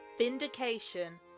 Vindication